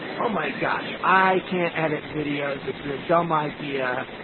oh my gosh, i can't edit videos, this is a dumb idea.